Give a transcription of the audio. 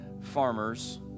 farmers